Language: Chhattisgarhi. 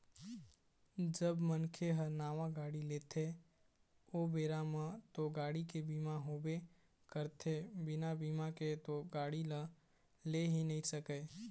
जब मनखे ह नावा गाड़ी लेथे ओ बेरा म तो गाड़ी के बीमा होबे करथे बिना बीमा के तो गाड़ी ल ले ही नइ सकय